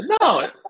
No